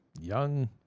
young